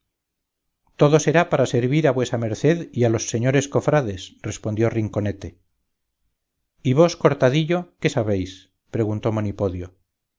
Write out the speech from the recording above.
todo será para servir a vuesa merced y a los señores cofrades res pondió rinconete y vos cortadillo qué sabéis preguntó